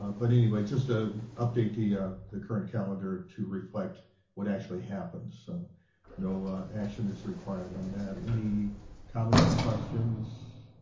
ah but anyway, just ah update the ah the current calendar to reflect what actually happens. so no action is required on that. any comments or questions?